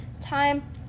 time